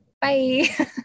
bye